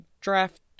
draft